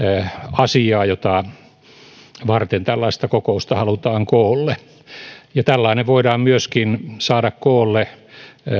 asiaa jota varten tällaista kokousta halutaan koolle ja tällainen voidaan myöskin saada koolle